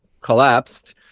collapsed